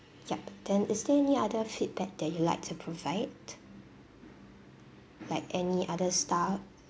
yup then is there any other feedback that you like to provide like any other stuff